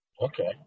okay